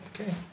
Okay